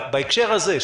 בהקשר הזה,